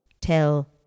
tell